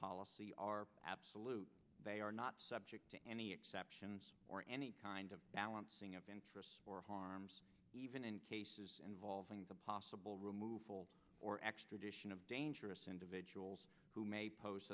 policy are absolute they are not subject to any exceptions or any kind of balancing act or harms even in cases involving the possible removal or extradition of dangerous individuals who may pose